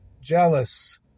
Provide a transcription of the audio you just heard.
jealous